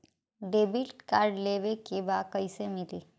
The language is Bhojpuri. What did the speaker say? डेबिट कार्ड लेवे के बा कईसे मिली?